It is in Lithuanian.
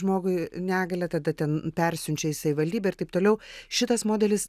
žmogui negalią tada ten persiunčia į savivaldybę ir taip toliau šitas modelis